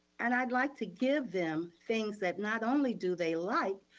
and i'd like to give them things, that not only do they like,